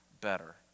better